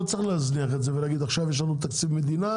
לא צריך להזניח את זה ולהגיד "עכשיו יש לנו תקציב מדינה,